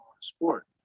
sport